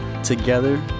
Together